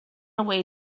away